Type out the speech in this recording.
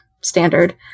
standard